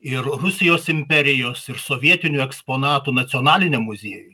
ir rusijos imperijos ir sovietinių eksponatų nacionaliniam muziejuj